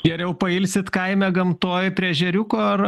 geriau pailsit kaime gamtoj prie ežeriuko ar